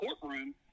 courtroom